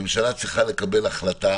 הממשלה צריכה לקבל החלטה